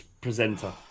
presenter